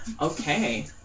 Okay